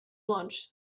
lunch